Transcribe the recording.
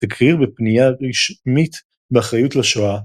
תכיר בפניה רשמית באחריות לשואה,